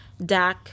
DAC